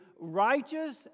righteous